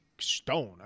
Stone